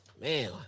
Man